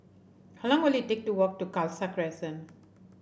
how long will it take to walk to Khalsa Crescent